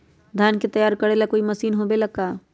धान के तैयार करेला कोई मशीन होबेला का?